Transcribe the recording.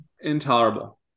intolerable